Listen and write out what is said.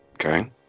Okay